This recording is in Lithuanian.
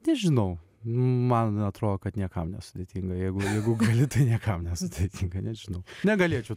nežinau man atrodo kad niekam nesudėtinga jeigu jeigu gali tai niekam nesudėtinga nežinau negalėčiau